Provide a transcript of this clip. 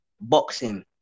boxing